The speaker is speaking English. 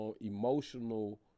emotional